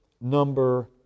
number